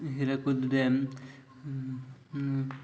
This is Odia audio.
ହୀରକୁଦ ଡ୍ୟାମ୍